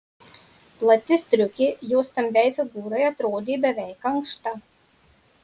plati striukė jos stambiai figūrai atrodė beveik ankšta